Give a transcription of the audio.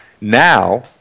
now